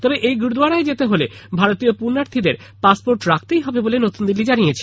তবে গুরুদ্বোয়ারায় যেতে হলে ভারতীয় পৃণ্যার্থীদের পাসপোর্ট রাখতেই হবে বলে নতুন দিল্লি জানিয়েছে